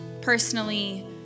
personally